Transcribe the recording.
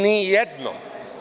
Ni jednom.